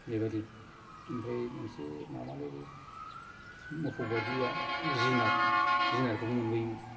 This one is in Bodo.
बेबायदि ओमफ्राय मोनसे माबालै मोफौ बादिया जुनार जुनारखौबो मोनबोयोमोन